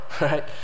right